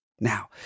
Now